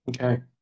Okay